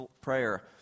prayer